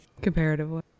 comparatively